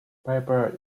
paper